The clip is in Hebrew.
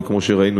וכמו שראינו,